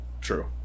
True